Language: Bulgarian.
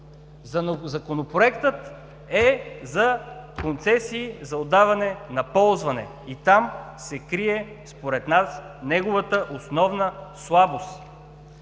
Той е за концесии за отдаване на ползване, и там се крие според нас неговата основна слабост.